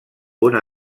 una